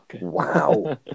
Wow